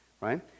Right